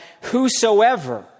whosoever